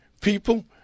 people